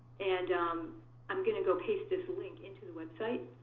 and um i'm going to go paste this link into the website,